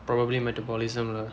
probably metabolism lah